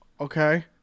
okay